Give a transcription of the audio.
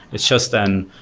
it's just then,